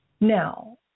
Now